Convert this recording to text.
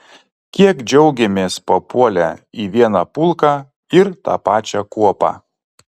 kiek džiaugėmės papuolę į vieną pulką ir tą pačią kuopą